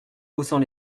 haussant